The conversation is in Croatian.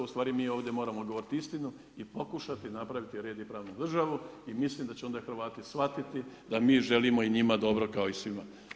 Ustvari mi ovdje moramo govoriti istinu i pokušati napraviti red i pravnu državu i mislim da će onda Hrvati shvatiti da mi želimo i njima dobro kao i svima.